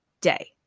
day